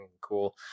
Cool